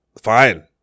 Fine